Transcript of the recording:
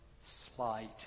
slight